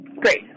great